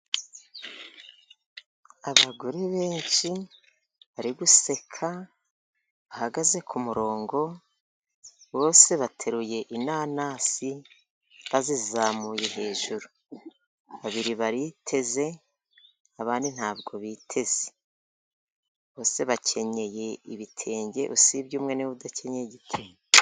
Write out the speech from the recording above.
Abagore benshi bari guseka, bahahagaze ku murongo, bose bateruye inanasi, bazizamuye hejuru. Babiri bariteze, abandi ntabwo biteze. Bose bakenyeye ibitenge, usibye umwe ni we udakenyeye igitenge.